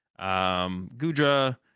Gudra